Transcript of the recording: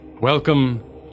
Welcome